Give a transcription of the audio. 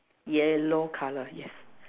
yellow color yes